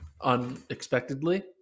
unexpectedly